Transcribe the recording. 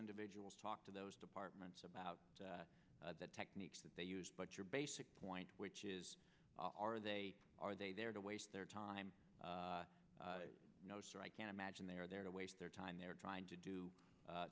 individuals talk to those departments about the techniques that they use but your basic point which is are they are they there to waste their time no sir i can imagine they are there to waste their time they're trying to do